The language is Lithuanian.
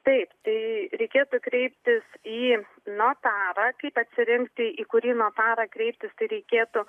taip tai reikėtų kreiptis į notarą kaip atsirinkti į kurį notarą kreiptis tai reikėtų